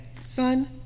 Son